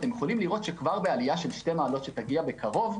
כבר בעלייה של 2% מעלות שתגיע בקרוב,